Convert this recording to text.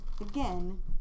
again